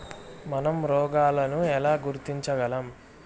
మనం రోగాలను ఎలా గుర్తించగలం?